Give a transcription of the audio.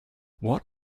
what